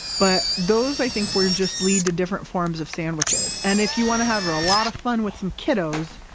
but those i think will just lead to different forms of sandwiches. and if you want to have a lot of fun with some kiddos,